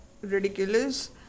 ridiculous